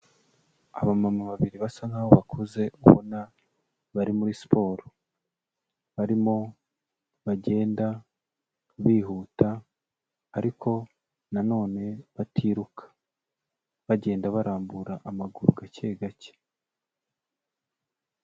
Aba mama babiri basa nkaho bakuze ubona bari muri siporo, barimo bagenda bihuta ariko na none batiruka, bagenda barambura amaguru gakegake.